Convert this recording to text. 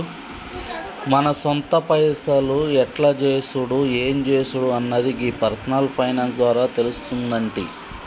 మన సొంత పైసలు ఎట్ల చేసుడు ఎం జేసుడు అన్నది గీ పర్సనల్ ఫైనాన్స్ ద్వారా తెలుస్తుందంటి